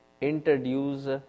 introduce